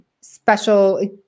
special